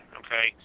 okay